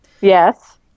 yes